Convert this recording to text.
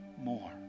more